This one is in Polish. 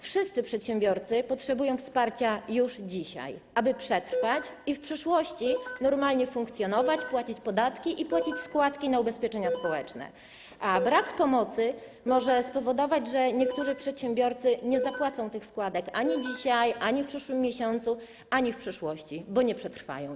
Wszyscy przedsiębiorcy potrzebują wsparcia już dzisiaj, aby przetrwać i w przyszłości normalnie funkcjonować, płacić podatki i płacić składki na ubezpieczenia społeczne, a brak pomocy może spowodować, że niektórzy przedsiębiorcy nie zapłacą tych składek ani dzisiaj, ani w przyszłym miesiącu, ani w przyszłości, bo nie przetrwają.